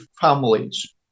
families